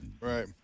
Right